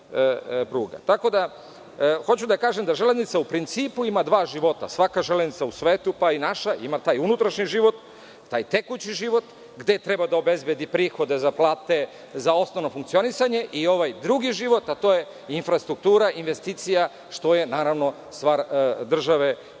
pruge. Hoću da kažem da železnice u principu imaju dva života. Svaka železnica u svetu, pa i naša, ima taj unutrašnji život, taj tekući život, gde treba da obezbedi prihode za plate, za osnovna funkcionisanja i ovaj drugi život, a to je infrastruktura, investicija, što je stvar države i